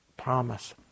promise